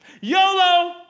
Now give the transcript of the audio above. YOLO